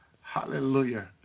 Hallelujah